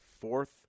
fourth